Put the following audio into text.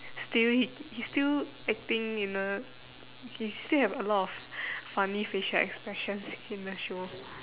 still he he still acting in the he still have a lot of funny facial expressions in the show